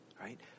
right